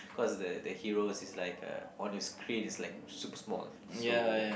because the the hero is like uh on the screen like super small so